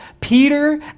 Peter